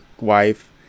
wife